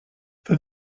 for